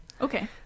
Okay